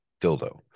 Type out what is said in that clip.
dildo